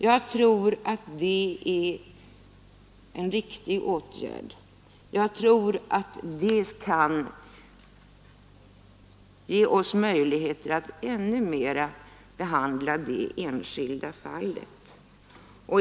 Jag tror att det var ett riktigt beslut, som kan ge oss möjligheter att i större utsträckning behandla det enskilda fallet.